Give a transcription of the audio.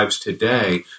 today